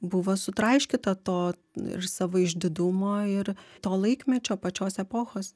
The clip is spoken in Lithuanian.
buvo sutraiškyta to ir savo išdidumo ir to laikmečio pačios epochos